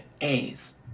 A's